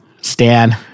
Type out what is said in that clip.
Stan